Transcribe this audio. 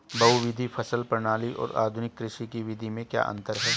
बहुविध फसल प्रणाली और आधुनिक कृषि की विधि में क्या अंतर है?